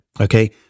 okay